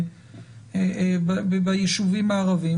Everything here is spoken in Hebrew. ביישובים הערבים,